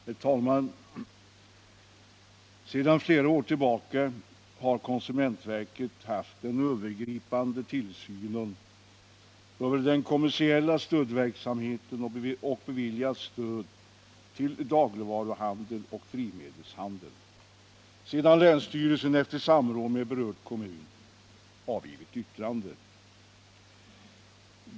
Herr talman! Sedan flera år tillbaka har konsumentverket haft den övergripande tillsynen över den kommersiella stödverksamheten och beviljat stöd till dagligvaruhandeln och drivmedelshandeln, sedan länsstyrelsen efter samråd med berörd kommun avgivit yttrande.